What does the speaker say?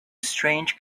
strange